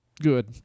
good